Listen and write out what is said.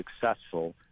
successful